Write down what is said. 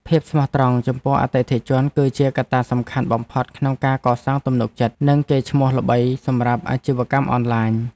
ភាពស្មោះត្រង់ចំពោះអតិថិជន គឺជាកត្តាសំខាន់បំផុតក្នុងការកសាងទំនុកចិត្តនិងកេរ្តិ៍ឈ្មោះល្បីសម្រាប់អាជីវកម្មអនឡាញ។